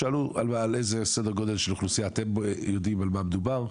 שאלו על איזה סדר גודל של אוכלוסייה אתם יודעים במה מדובר.